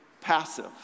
passive